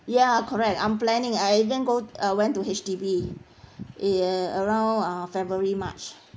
ya correct I'm planning I even go uh went to H_D_B err around uh february march